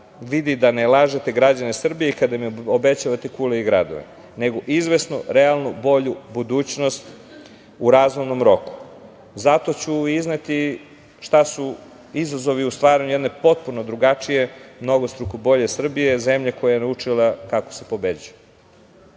vidi da ne lažete građane Srbije i kada im obećavate kule i gradove, nego izvesno, realno bolju budućnost u razumnom roku. Zato ću izneti šta su izazovi u stvaranju jedne potpuno drugačije, dvostruko bolje Srbije, zemlja koja je naučila kako se